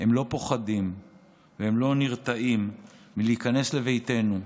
הם לא פוחדים והם לא נרתעים מלהיכנס לביתנו,